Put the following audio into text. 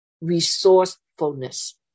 resourcefulness